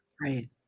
Right